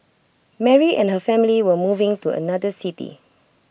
Mary and her family were moving to another city